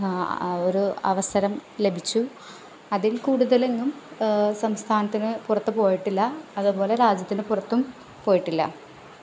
ഒരു അവസരം ലഭിച്ചു അതിൽ കൂടുതലെങ്ങും സംസ്ഥാനത്തിന് പുറത്ത് പോയിട്ടില്ല അതേപോലെ രാജ്യത്തിന് പുറത്തും പോയിട്ടില്ല